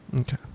okay